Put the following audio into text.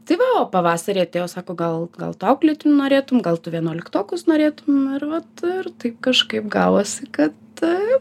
tai va o pavasarį atėjo sako gal gal tu auklėtinių norėtum gal tu vienuoliktokus norėtum ir vat ir taip kažkaip gavosi kad